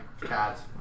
cats